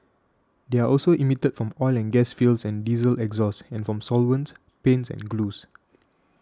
they are also emitted from oil and gas fields and diesel exhaust and from solvents paints and glues